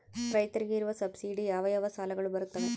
ರೈತರಿಗೆ ಇರುವ ಸಬ್ಸಿಡಿ ಯಾವ ಯಾವ ಸಾಲಗಳು ಬರುತ್ತವೆ?